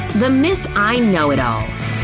the miss i-know-it-all